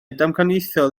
damcaniaethol